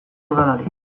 udalari